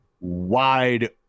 wide